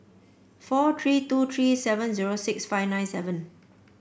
four three two three seven zero six five nine seven